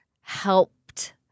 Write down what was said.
helped